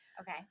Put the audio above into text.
Okay